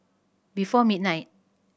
before midnight